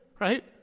Right